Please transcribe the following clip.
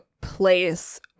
place